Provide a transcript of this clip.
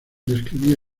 describe